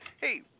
hey